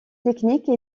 technique